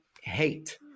hate